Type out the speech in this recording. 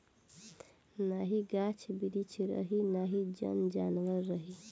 नाही गाछ बिरिछ रही नाही जन जानवर रही